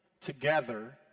Together